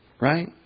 right